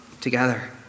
together